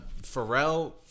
Pharrell